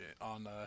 on